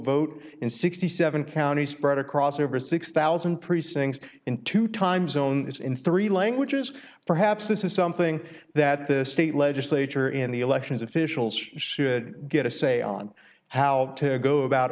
vote in sixty seven counties spread across over six thousand precincts in two time zones in three languages perhaps this is something that the state legislature in the elections officials should get a say on how to go about